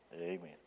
Amen